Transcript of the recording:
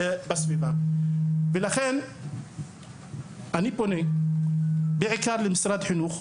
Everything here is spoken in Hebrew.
לכן אני פונה בעיקר למשרד החינוך,